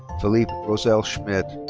felipe rosel schmitt.